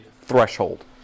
threshold